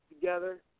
together